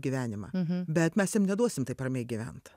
gyvenimą bet mes jam neduosim taip ramiai gyvent